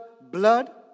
blood